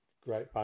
great